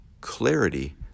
clarity